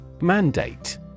Mandate